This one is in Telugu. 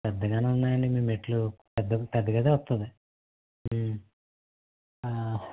పెద్దగానే ఉన్నాయండి మీ మెట్లు పెద్ద పెద్ద గదే వస్తుంది